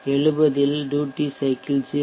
70 இல் duty cycle 0